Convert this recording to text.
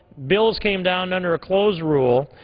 bills came down under a closed rule,